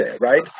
right